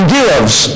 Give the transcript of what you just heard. gives